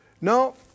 No